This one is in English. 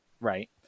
Right